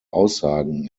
aussagen